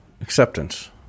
acceptance